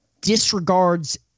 disregards